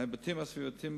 ההיבטים הסביבתיים,